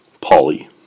Polly